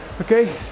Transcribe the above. Okay